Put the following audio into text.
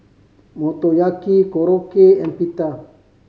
Motoyaki Korokke and Pita